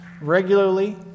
Regularly